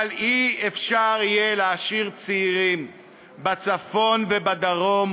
לא יהיה אפשר להשאיר צעירים בצפון ובדרום